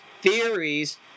theories